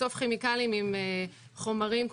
מסוף כימיקלים עם חומרים,